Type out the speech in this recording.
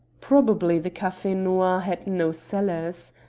probably the cafe noir had no cellars.